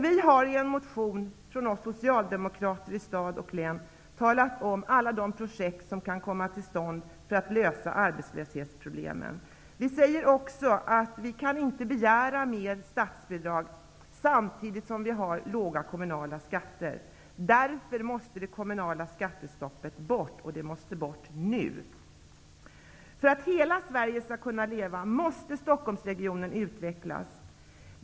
Vi socialdemokrater i stad och län har i en motion talat om alla de projekt som kan komma till stånd för att lösa arbetslöshetsproblemen. Vi säger också att vi inte kan begära mer statsbidrag samtidigt som vi har låga kommunala skatter. Därför måste det kommunala skattestoppet bort -- och det måste bort nu. För att hela Sverige skall kunna leva måste Stockholmsregionen utvecklas.